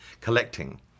collecting